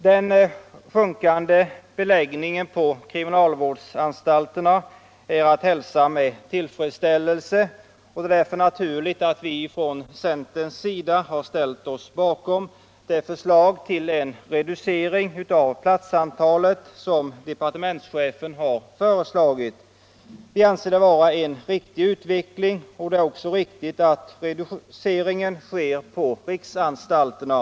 Den sjunkande beläggningen på kriminalvårdsanstalterna är att hälsa med tillfredsställelse, och det är därför naturligt att vi från centerns sida har ställt oss bakom det förslag till en reducering av platsantalet som departementschefen har föreslagit. Vi anser det vara en riktig utveckling, och det är också riktigt att reduceringen sker på riksanstalterna.